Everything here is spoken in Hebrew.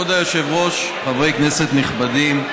כבוד היושב-ראש, חברי כנסת נכבדים,